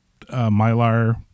Mylar –